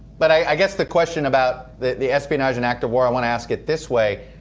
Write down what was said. but i guess the question about the the espionage and act of war, i want to ask it this way,